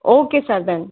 okay sir then